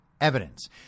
evidence